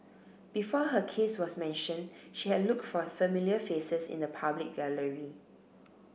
before her case was mention she had look for familiar faces in the public gallery